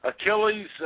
Achilles